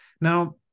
Now